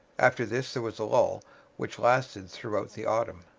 after this there was a lull which lasted throughout the autumn.